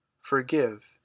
Forgive